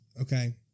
okay